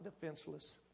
defenseless